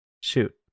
Shoot